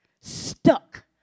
stuck